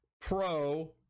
pro